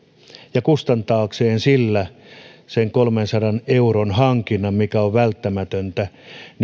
ja kustantaa sillä sen kolmensadan euron hankinnan mikä on välttämätöntä